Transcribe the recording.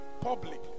public